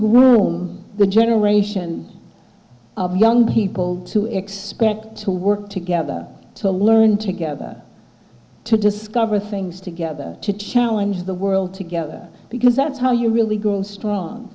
groom the generation of young people to expect to work together to learn together to discover things together to challenge the world together because that's how you really grow strong